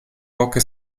poche